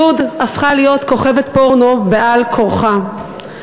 י' הפכה להיות כוכבת פורנו בעל כורחה.